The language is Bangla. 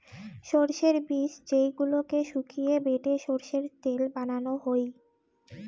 সরষের বীজ যেইগুলোকে শুকিয়ে বেটে সরষের তেল বানানো হই